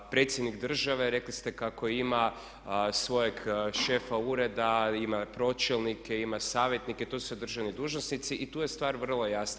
A predsjednik države rekli ste kako ima svojeg šefa ureda, ima pročelnike, ima savjetnike, to su sve državni dužnosnici i tu je stvar vrlo jasna.